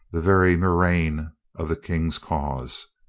the very murrain of the king's cause.